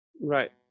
Right